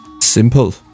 Simple